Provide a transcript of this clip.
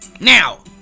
Now